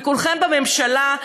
וכולכם בממשלה,